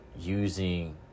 using